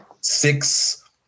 six